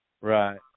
Right